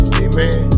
amen